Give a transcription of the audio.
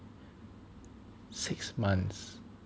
six months